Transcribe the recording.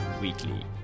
weekly